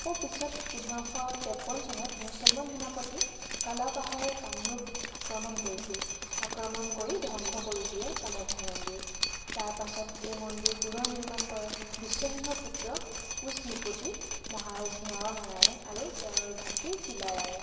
আকৌ পিছত পোন্ধৰশ তেপ্পন চনত মুছলমান সেনাপতি কালাপাহাৰে কামৰূপ আক্ৰমণ কৰিছিল আক্ৰমণ কৰি ধ্ৱংশ কৰি দিয়ে কামাখ্যা মন্দিৰ তাৰপাছত এই মন্দিৰ পুনৰ নিৰ্মাণ কৰে বিশ্বসিংহৰ পুত্ৰ কোঁচ নৃপতি মহাৰাজ নৰনাৰায়ন আৰু তেওঁৰ ভাতৃ চিলাৰায়ে